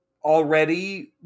already